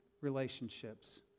relationships